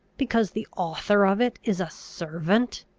because the author of it is a servant!